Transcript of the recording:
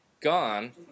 Gone